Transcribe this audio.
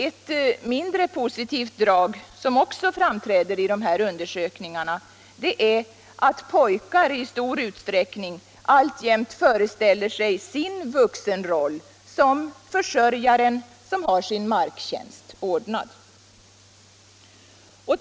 Ett mindre positivt drag, som också — Jämställdhetsfrågor framträder i dessa undersökningar, är att pojkar i stor utsträckning allt — m.m. jämt föreställer sig sin vuxenroll som försörjaren med ordnad marktjänst.